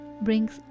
brings